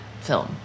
film